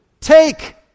take